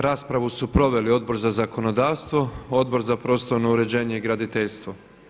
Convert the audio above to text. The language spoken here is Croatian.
Raspravu su proveli Odbor za zakonodavstvo, Odbor za prostorno uređenje i graditeljstvo.